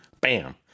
Bam